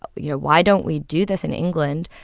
but you know, why don't we do this in england?